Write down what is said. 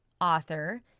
author